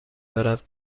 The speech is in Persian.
دارد